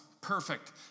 Perfect